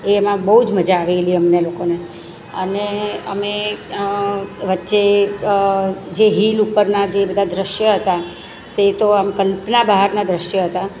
એમાં બહુ જ મજા આવેલી અમને લોકોને અને અમે વચ્ચે જે હિલ ઉપરના જે બધા દૃશ્યો હતા તે તો આમ કલ્પના બહારના દૃશ્ય હતા